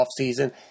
offseason